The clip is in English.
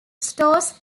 stores